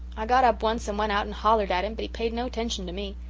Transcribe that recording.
i got up once and went out and hollered at him but he paid no tention to me.